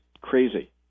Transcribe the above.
crazy